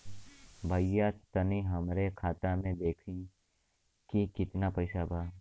भईया तनि हमरे खाता में देखती की कितना पइसा बा?